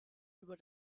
über